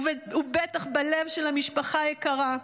ובטח בלב של המשפחה היקרה,